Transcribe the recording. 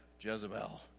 Jezebel